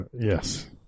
Yes